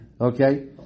Okay